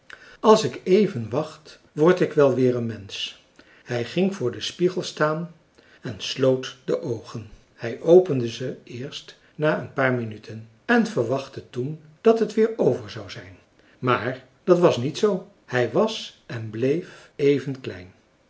als ik even wacht word ik wel weer een mensch hij ging voor den spiegel staan en sloot de oogen hij opende ze eerst na een paar minuten en verwachtte toen dat het weer over zou zijn maar dat was niet zoo hij was en bleef even klein